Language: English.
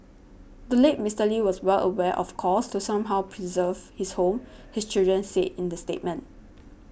the late Mister Lee was well aware of calls to somehow preserve his home his children said in the statement